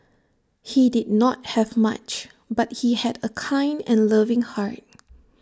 he did not have much but he had A kind and loving heart